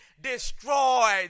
destroy